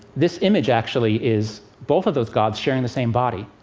this image, actually, is both of those gods sharing the same body.